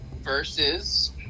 versus